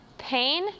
pain